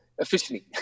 officially